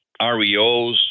REOs